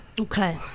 Okay